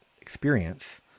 experience